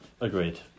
Agreed